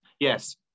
Yes